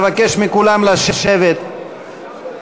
התשע"ה 2015,